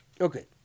Okay